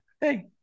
Hey